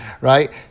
right